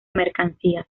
mercancías